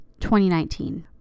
2019